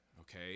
okay